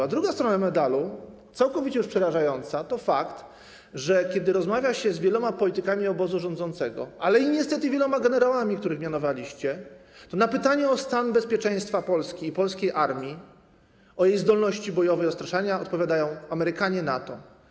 A druga strona medalu, całkowicie już przerażająca, to fakt, że kiedy rozmawia się z wieloma politykami obozu rządzącego, ale i niestety wieloma generałami, których mianowaliście, to na pytanie o stan bezpieczeństwa Polski i polskiej armii, o jej zdolności bojowe i odstraszania odpowiadają: Amerykanie, NATO.